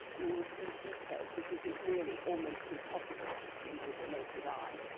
you will see details that it is really almost impossible to see with the naked eye,